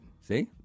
See